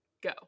go